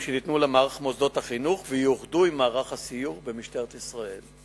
שניתנו למערך מוסדות החינוך ויאוחדו עם מערך הסיור במשטרת ישראל.